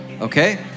okay